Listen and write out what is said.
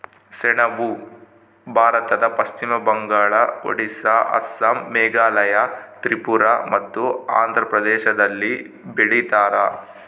ಸೆಣಬು ಭಾರತದ ಪಶ್ಚಿಮ ಬಂಗಾಳ ಒಡಿಸ್ಸಾ ಅಸ್ಸಾಂ ಮೇಘಾಲಯ ತ್ರಿಪುರ ಮತ್ತು ಆಂಧ್ರ ಪ್ರದೇಶದಲ್ಲಿ ಬೆಳೀತಾರ